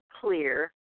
clear